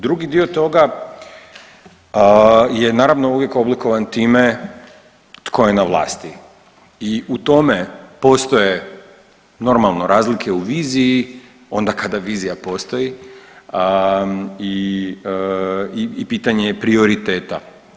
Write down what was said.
Drugi dio toga je naravno uvijek oblikovan time tko je na vlasti i u tome postoje normalno razlike u viziji, onda kada vizija postoji i pitanje je prioriteta.